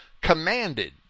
commanded